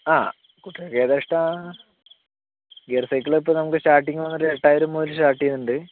ആ കുട്ടികൾക്കേതാ ഇഷ്ട്ടാ ഗിയർ സൈക്കിള് ഇപ്പൊൾ നമുക്ക് സ്റ്റാർട്ടിങ് വന്നൊര് എട്ടായിരം മുതല് സ്റ്റാർട്ട് ചെയ്യുന്നുണ്ട്